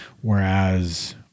Whereas